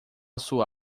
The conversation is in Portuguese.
sua